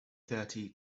thirty